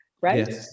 right